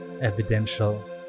evidential